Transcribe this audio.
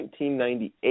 1998